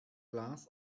glass